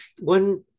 one